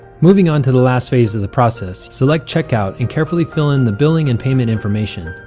moving on to the last phase of the process. select check out and carefully fill in the billing and payment information,